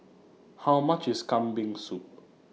How much IS Kambing Soup